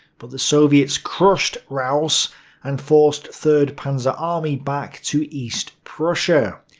but the soviets crushed raus and forced third panzer army back to east prussia.